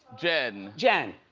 jen. jen.